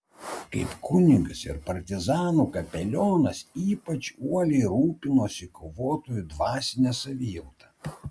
kaip kunigas ir partizanų kapelionas ypač uoliai rūpinosi kovotojų dvasine savijauta